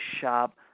shop